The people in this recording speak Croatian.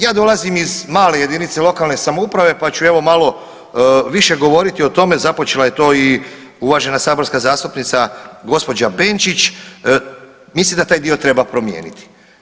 Ja dolazim iz male jedinice lokalne samouprave pa ću evo malo više govoriti o tome, započela je to i uvažena saborska zastupnica gospođa Benčić, mislim da taj dio treba promijeniti.